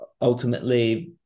Ultimately